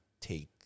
take